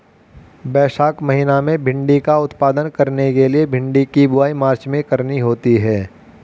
वैशाख महीना में भिण्डी का उत्पादन करने के लिए भिंडी की बुवाई मार्च में करनी होती है